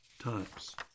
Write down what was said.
times